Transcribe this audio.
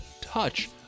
touch